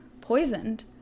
poisoned